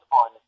on